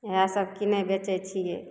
इएह सब किनै बेचै छियै